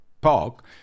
park